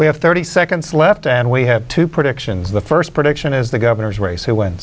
we have thirty seconds left and we have to predictions the first prediction is the governor's race who win